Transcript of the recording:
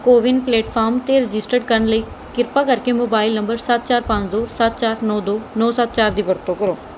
CoWIN platform 'ਤੇ register ਕਰਨ ਲਈ ਕਿਰਪਾ ਕਰਕੇ ਮੋਬਾਈਲ ਨੰਬਰ ਸੱਤ ਚਾਰ ਪੰਜ ਦੋ ਸੱਤ ਚਾਰ ਨੌ ਦੋ ਨੌ ਸੱਤ ਚਾਰ ਦੀ ਵਰਤੋਂ ਕਰੋ